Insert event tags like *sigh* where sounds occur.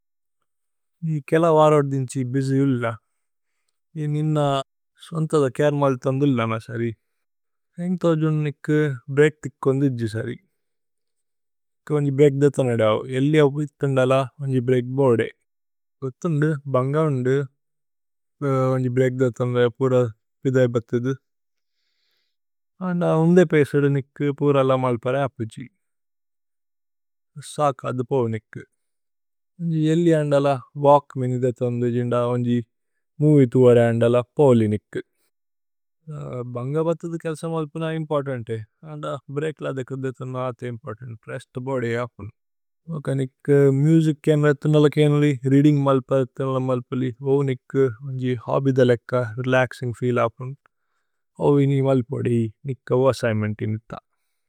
കേല വാരോദ് ദിന്ഛി ബിജി ഇല്ല നി നിന സ്വന്തദ। ചരേ മലിഥന്ദു ഇല്ലന സരീ നേന്ഗി തോജു നികു। ബ്രേക്ഥിക് കോന്ദി ജിജി സരീ ഏക്കി വന്ജി ബ്രേക്। ദഥന ദാവു ഏല്ലിഅ വിഥന്ദല വന്ജി ബ്രേക് ബോദേ। വഥുന്ദു ബന്ഗ വന്ദു വന്ജി ബ്രേക് ദഥന ലഏ। പുര പിഥൈ *hesitation* ബഥുദു ഓന്ദ ഉന്ദേ। പേസുദു നികു പുര ല മലിപര അപ്പു ജിജി സാക്। അദ്ദു പോവു നികു വന്ജി ഏല്ലിഅ അന്ദല വല്ക്। മിനിധേഥു ഓന്ദ ജിന്ദ വന്ജി മോവിഏ ഥുവര। അന്ദല പോലി നികു ഭന്ഗ ബഥുദു കേല്സ। മല്പുന ഇമ്പോര്തന്തേ ഓന്ദ ബ്രേക്ല ധേകുധേഥു। ന അഥ ഇമ്പോര്തന്തേ രേസ്തു ബോദേ അപ്പു ഓക നികു। മുജിക് കേനു വേഥുന്ദല കേനു ലി രേഅദിന്ഗ്। മല്പര വേഥുന്ദല മല്പലി ഓ നികു വന്ജി। ഹോബി ധലക്ക രേലക്സിന്ഗ് ഫീല് അപ്പു ഓ വിനി। മല്പോദി നികു ഓ അസ്സിഗ്ന്മേന്തി നിഥ।